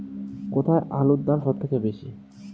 কোথায় আলুর দাম সবথেকে বেশি?